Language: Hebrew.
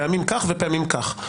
פעמים כך ופעמים כך.